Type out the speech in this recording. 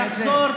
תחזור,